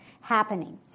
happening